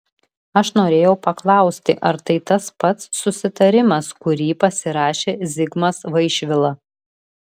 aš norėjau paklausti ar tai tas pats susitarimas kurį pasirašė zigmas vaišvila